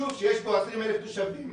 יישוב שיש בו 20,000 תושבים,